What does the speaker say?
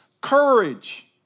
courage